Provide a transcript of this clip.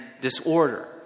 disorder